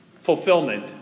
fulfillment